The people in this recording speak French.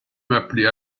m’appeler